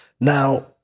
Now